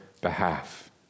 behalf